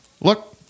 Look